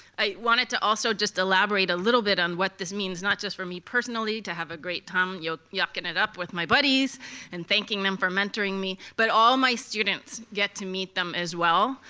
i wanted to also just elaborate a little bit on what this means, not just for me personally to have a great time yoking yoking it up with my buddies and thanking them for mentoring me but all my students get to meet them as well.